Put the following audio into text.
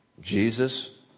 Jesus